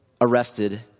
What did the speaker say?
arrested